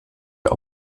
der